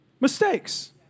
mistakes